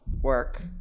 work